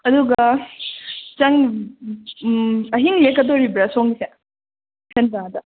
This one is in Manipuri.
ꯑꯗꯨꯒ ꯑꯍꯤꯡ ꯂꯦꯛꯀꯗꯧꯔꯤꯕ꯭ꯔꯥ ꯁꯣꯝꯒꯤꯁꯦ ꯁꯦꯟꯗ꯭ꯔꯥꯗ